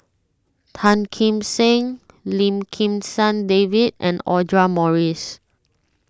Tan Kim Seng Lim Kim San David and Audra Morrice